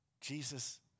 Jesus